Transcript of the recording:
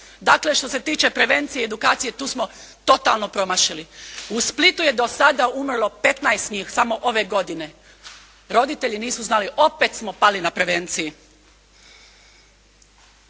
Dakle, što se tiče prevencije i edukacije, tu smo totalno promašili. U Splitu je dosada umrlo 15 njih, samo ove godine. Roditelji nisu znali. Opet smo pali na prevenciji.